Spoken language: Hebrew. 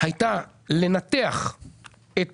הייתה לנתח את